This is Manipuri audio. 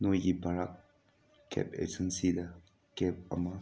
ꯅꯣꯏꯒꯤ ꯕꯔꯥꯛ ꯀꯦꯞ ꯑꯦꯖꯦꯟꯁꯤꯗ ꯀꯦꯞ ꯑꯃ